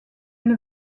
elle